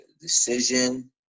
decision